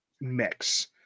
mix